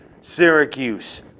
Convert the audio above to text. Syracuse